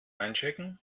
einchecken